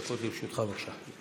11 דקות לרשותך, בבקשה.